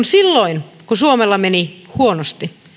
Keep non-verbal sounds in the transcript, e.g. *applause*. *unintelligible* silloin kun suomella meni huonosti